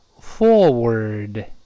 forward